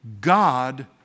God